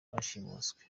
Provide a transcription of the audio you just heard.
bashimuswe